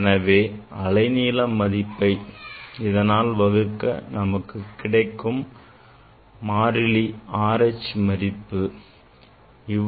எனவே அலைநீள மதிப்பை இதனால் வகுக்க நமக்கு மாறிலி R H மதிப்பு கிடைத்துவிடும்